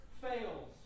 fails